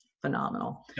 phenomenal